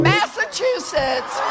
Massachusetts